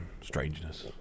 strangeness